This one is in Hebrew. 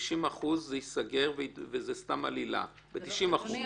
שב-90% ייסגר וזה סתם עלילה --- אדוני,